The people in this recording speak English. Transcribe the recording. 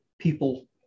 people